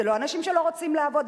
זה לא אנשים שלא רוצים לעבוד,